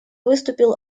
выступил